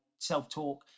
self-talk